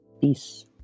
peace